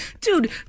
Dude